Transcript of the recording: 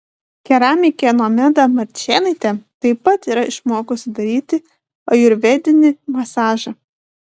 keramikė nomeda marčėnaitė taip pat yra išmokusi daryti ajurvedinį masažą